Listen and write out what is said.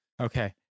okay